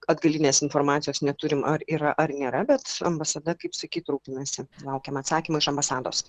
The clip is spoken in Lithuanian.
atgalinės informacijos neturim ar yra ar nėra bet ambasada kaip sakyt rūpinasi laukiam atsakymo iš ambasados